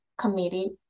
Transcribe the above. committee